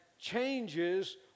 changes